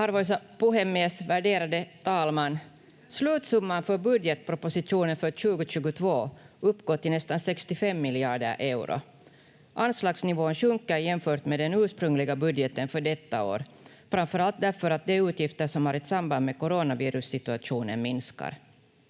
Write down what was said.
Arvoisa puhemies, värderade talman! Slutsumman för budgetpropositionen för 2022 uppgår till nästan 65 miljarder euro. Anslagsnivån sjunker jämfört med den ursprungliga budgeten för detta år, framför allt därför att de utgifter som har ett samband med coronavirussituationen minskar.